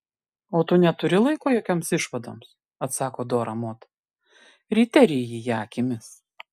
o tu neturi laiko jokioms išvadoms atsako dora mod ryte ryji ją akimis